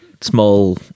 small